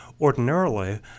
ordinarily